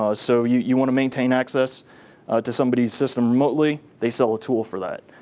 ah so you you want to maintain access to somebody's system remotely, they sell a tool for that.